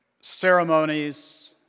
ceremonies